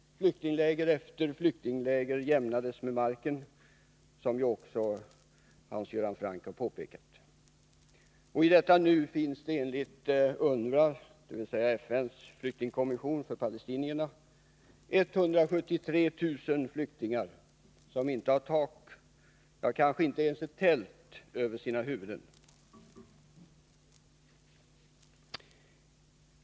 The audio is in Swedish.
Flyktingläger efter flyktingläger jämnades med marken, såsom också Hans Göran Franck har påpekat. I detta nu finns enligt UNWRA, dvs. FN:s flyktingkommission för palestinierna, 173 000 flyktingar som inte har tak, ja, kanske inte ens tält över sina huvuden.